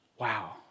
wow